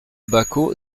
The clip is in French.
baquo